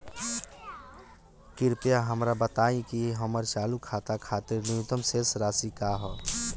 कृपया हमरा बताइं कि हमर चालू खाता खातिर न्यूनतम शेष राशि का ह